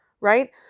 Right